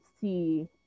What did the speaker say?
see